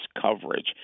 coverage